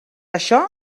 això